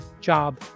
job